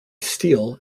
steel